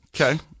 Okay